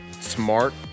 smart